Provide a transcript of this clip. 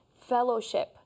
fellowship